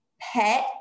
pet